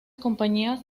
compañías